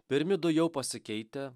pirmi du jau pasikeitę